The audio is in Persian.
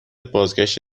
بازگشت